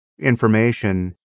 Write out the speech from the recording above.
information